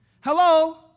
Hello